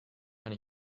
kann